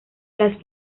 las